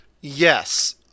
Yes